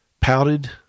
pouted